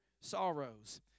sorrows